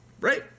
Right